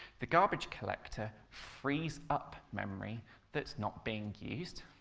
the garbage collector frees up memory that's not being used.